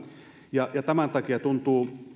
ja ja tämän takia tuntuu